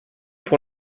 pour